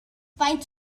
faint